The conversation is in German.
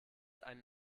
einen